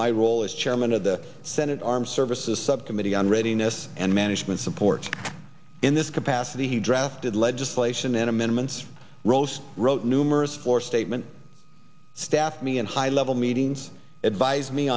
my role as chairman of the senate armed services subcommittee on readiness and management support in this capacity he drafted legislation and amendments roast wrote numerous floor statement staff me and high level meetings advise me